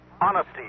Honesty